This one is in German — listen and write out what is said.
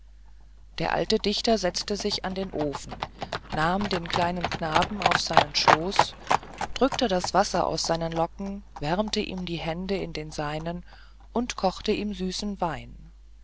der alte dichter setzte sich an den ofen nahm den kleinen knaben auf seinen schoß drückte das wasser aus seinen locken wärmte ihm die hände in den seinen und kochte ihm süßen wein